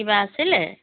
কিবা আছিলে